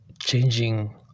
changing